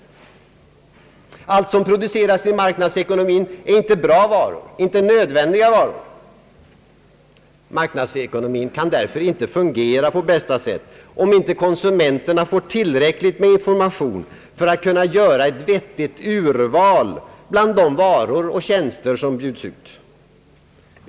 Allt det som produceras i marknadsekonomin är inte bra varor, inte nöd vändiga varor. Marknadsekonomin kan därför inte fungera på bästa sätt om inte konsumenterna får tillräckligt med information för att kunna göra ett vettigt urval bland de varor och tjänster som bjuds ut.